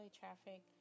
traffic